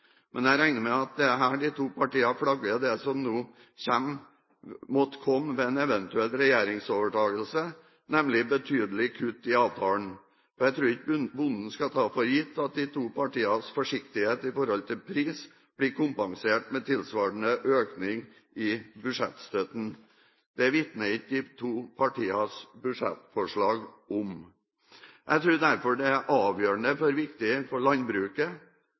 Men jeg regner med at det er her de to partiene flagger det som måtte komme ved en eventuell regjeringsovertakelse, nemlig betydelige kutt i avtalen, for jeg tror ikke bonden skal ta for gitt at de to partienes forsiktighet når det gjelder pris, blir kompensert med tilsvarende økning i budsjettstøtten. Det vitner ikke de to partienes budsjettforslag om. Jeg tror derfor det er avgjørende viktig for landbruket